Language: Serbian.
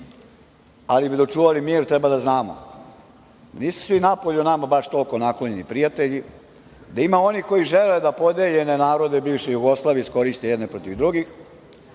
ali da bi očuvali mir treba da znamo da nisu svi napolju nama baš toliko naklonjeni prijatelji, da ima onih koji žele da podeljene narode bivše Jugoslavije iskoriste jedne protiv drugih.